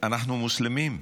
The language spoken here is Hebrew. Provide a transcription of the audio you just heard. אנחנו מוסלמים.